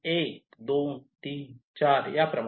1 2 3 4 याप्रमाणे